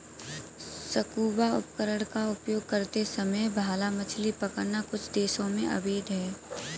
scuba उपकरण का उपयोग करते समय भाला मछली पकड़ना कुछ देशों में अवैध है